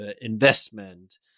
investment